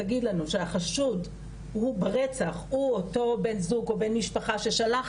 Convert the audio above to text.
תגיד לנו שהחשוד ברצח הוא אותו בן זוג או בן משפחה ששלח,